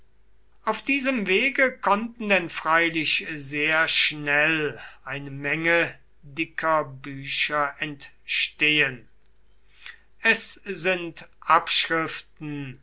auf diesem wege konnten denn freilich sehr schnell eine menge dicker bücher entstehen es sind abschriften